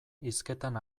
hizketan